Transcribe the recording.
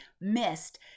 missed